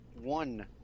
one